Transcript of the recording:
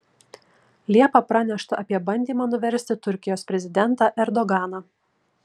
liepą pranešta apie bandymą nuversti turkijos prezidentą erdoganą